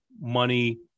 money